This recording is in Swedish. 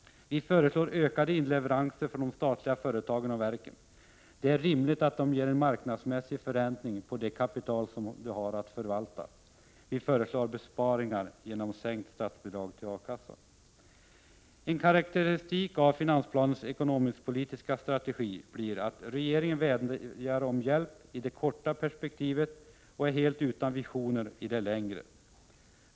Vi föreslår ökade inleveranser från de statliga företagen och verken. Det är rimligt att de ger en marknadsmässig förräntning på det kapital som de har att förvalta. Vi föreslår besparingar genom sänkt statsbidrag till A-kassan. En karakteristik av finansplanens ekonomisk-politiska strategi blir att regeringen vädjar om hjälp i det korta perspektivet och är helt utan visioner i det längre.